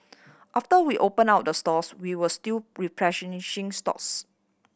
after we opened up the stores we were still stocks